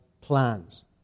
plans